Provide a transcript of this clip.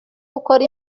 gukora